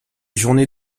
journées